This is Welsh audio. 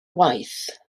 waith